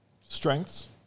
strengths